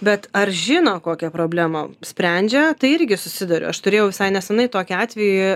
bet ar žino kokią problemą sprendžia tai irgi susiduriu aš turėjau visai nesenai tokį atvejį